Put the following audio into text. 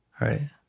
Right